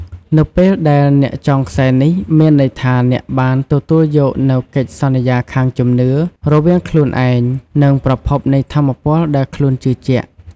នៅពេលដែលអ្នកចងខ្សែនេះ មានន័យថាអ្នកបាន ទទួលយកនូវកិច្ចសន្យាខាងជំនឿ រវាងខ្លួនឯង និងប្រភពនៃថាមពលដែលខ្លួនជឿជាក់។